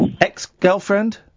ex-girlfriend